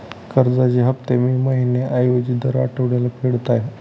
कर्जाचे हफ्ते मी महिन्या ऐवजी दर आठवड्याला फेडत आहे